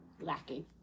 lacking